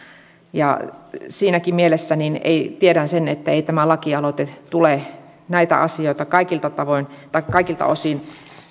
siinäkin mielessä tiedän sen että tämä lakialoite ei tule näitä asioita kaikilta osin